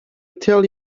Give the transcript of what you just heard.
tell